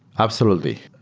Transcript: absolutely.